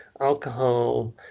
Alcohol